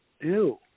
ew